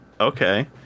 okay